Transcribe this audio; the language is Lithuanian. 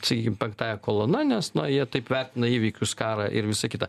sakykim penktąja kolona nes na jie taip vertina įvykius karą ir visa kita